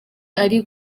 ari